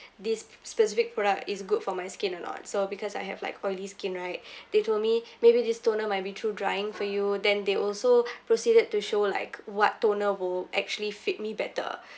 this specific product is good for my skin or not so because I have like oily skin right they told me maybe this toner might be too drying for you then they also proceeded to show like what toner will actually fit me better